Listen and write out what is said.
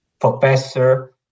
professor